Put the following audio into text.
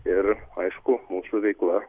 ir aiškumūsų veikla